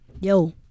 Yo